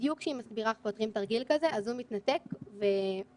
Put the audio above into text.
ובדיוק כשהיא מסבירה איך פותרים תרגיל כזה הזום נתקע ומתנתק.